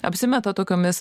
apsimeta tokiomis